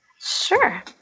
Sure